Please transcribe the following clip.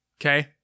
Okay